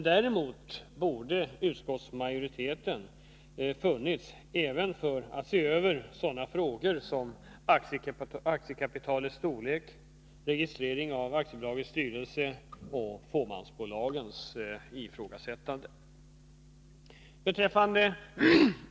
Däremot borde det funnits en utskottsmajoritet även för att se över frågor som aktiekapitalets storlek, registrering av aktiebolags styrelse och fåmansbolagens existensberättigande.